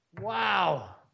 Wow